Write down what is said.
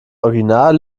original